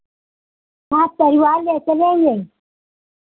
हाँ परिवार ले चलेंगे